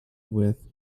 with